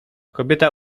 kobieta